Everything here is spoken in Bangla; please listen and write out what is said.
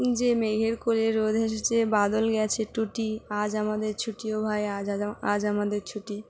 যে মেঘের কোলে রোদ হেসেছে বাদল গেছে টুটি আজ আমাদের ছুটি ও ভাই আজ আমাদের ছুটি